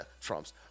Trump's